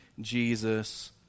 Jesus